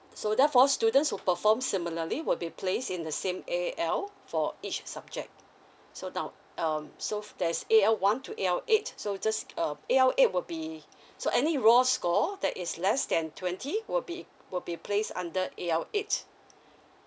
so therefore students who perform similarly will be place in the same A_L for each subject so now um so there's eight A_L one to A_L so just uh A_L eight will be so any role score that is less than twenty will be will be placed under A_L eight